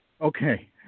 Okay